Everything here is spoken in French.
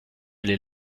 les